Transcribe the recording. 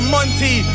Monty